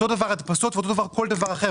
אותו דבר הדפסות ואותו דבר כל דבר אחר.